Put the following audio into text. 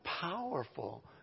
powerful